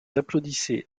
applaudissait